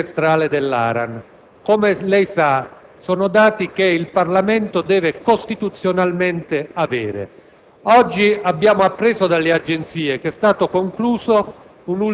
trasmissione dei dati della relazione trimestrale dell'ARAN. Come lei sa, si tratta di dati che il Parlamento deve costituzionalmente avere.